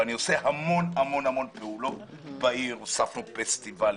ואני עושה המון המון פעולות בעיר הוספנו פסטיבלים,